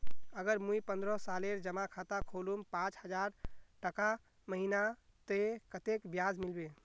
अगर मुई पन्द्रोह सालेर जमा खाता खोलूम पाँच हजारटका महीना ते कतेक ब्याज मिलबे?